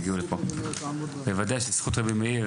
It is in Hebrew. הישיבה ננעלה